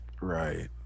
Right